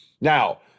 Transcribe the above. Now